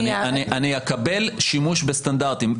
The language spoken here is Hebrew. אני אקבל שימוש בסטנדרטים.